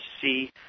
see